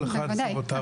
בוודאי,